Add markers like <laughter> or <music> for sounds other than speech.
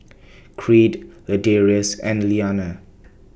<noise> Creed Ladarius <noise> and Liana